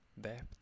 depth